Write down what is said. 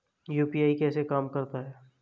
UPI कैसे काम करता है?